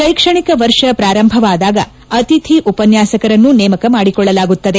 ಶೈಕ್ಷಣಿಕ ವರ್ಷ ಪ್ರಾರಂಭವಾದಾಗ ಅತಿಥಿ ಉಪನ್ನಾಸಕರನ್ನು ನೇಮಕ ಮಾಡಿಕೊಳ್ಳಲಾಗುತ್ತದೆ